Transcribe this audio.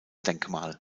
denkmal